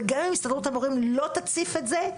וגם אם הסתדרות המורים לא תציף את זה,